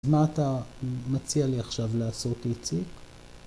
‫אז מה אתה מציע לי עכשיו ‫לעשות, איציק?